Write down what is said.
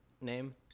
name